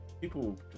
People